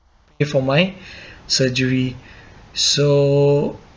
pay for my surgery so